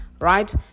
Right